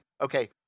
okay